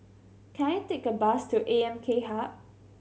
can I take a bus to A M K Hub